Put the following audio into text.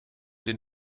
den